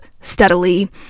steadily